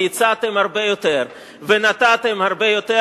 כי הצעתם הרבה יותר ונתתם הרבה יותר.